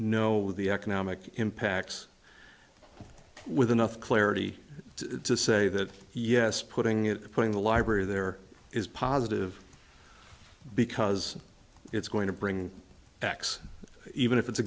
with the economic impacts with enough clarity to say that yes putting it putting the library there is positive because it's going to bring x even if it's a